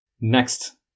Next